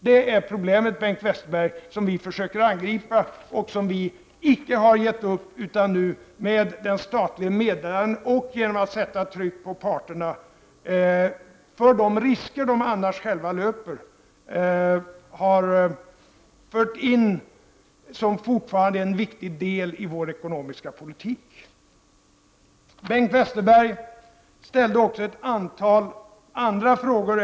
Detta är problemet, Bengt Westerberg, som vi försöker angripa och där vi icke har gett upp. Med hjälp av den statliga medlaren och genom att sätta tryck på parterna kan vi undanröja de risker de själva annars löper. Det är fortfarande en viktig del i vår ekonomiska politik. Bengt Westerberg ställde också ett antal andra frågor.